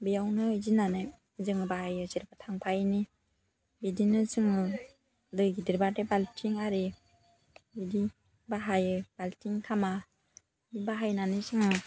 बेयावनो बिदि होन्नानै जों बाहायो जेनेबा थांफायिनि बिदिनो जोङो दै गिदिरबाथाय बाल्थिं आरि बिदि बाहायो बाल्थिं धामा बाहायनानै जोङो